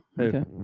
Okay